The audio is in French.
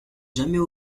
jamais